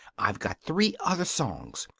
i've got three other songs.